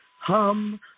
hum